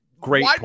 Great